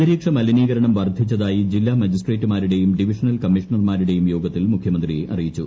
അന്തരീക്ഷ മലിനീകരണം ്പൂർദ്ധീച്ചതായി ജില്ലാ മജിസ്ട്രേട്ടുമാരുടെയും ഡിവിഷണൽ കമ്മീഷണർമാര്ുടെയും യോഗത്തിൽ മുഖ്യമന്ത്രി അറിയിച്ചു